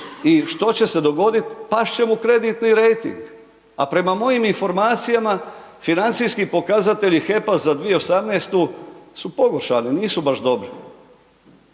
i što će se dogoditi, past će mu kreditni rejting. A prema mojim informacijama financijski pokazatelji HEP-a za 2018. su pogoršani, nisu baš dobri.